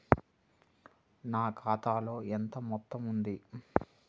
నా ఖాతాలో ఎంత మొత్తం ఉంది?